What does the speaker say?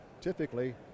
Typically